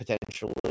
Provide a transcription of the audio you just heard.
potentially